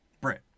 Brit